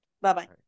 Bye-bye